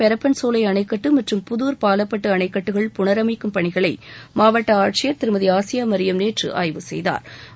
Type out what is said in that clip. பெரப்பன்சோலை அணைக்கட்டு மற்றும் புதூர் பாலப்பட்டு அணைக்கட்டுகள் புணரமைக்கும் பணிகளை மாவட்ட ஆட்சியர் திருமதி ஆசியா மரியம் நேற்று ஆய்வு செய்தாா்